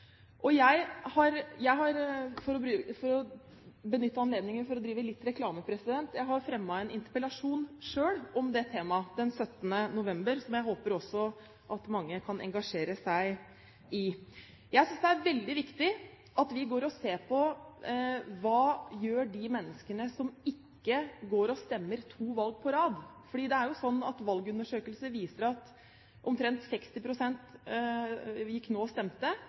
For å benytte anledningen til å drive litt reklame: Jeg har selv fremmet en interpellasjon om det temaet den 17. november, som jeg håper mange kan engasjere seg i. Jeg synes det er veldig viktig at vi ser på hva mennesker som ikke går og stemmer to valg på rad, gjør. Valgundersøkelser viser at omtrent 60 pst. stemte nå, altså at fire av ti var hjemme, men at